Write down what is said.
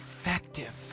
effective